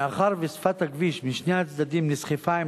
מאחר ששפת הכביש משני הצדדים נסחפה עם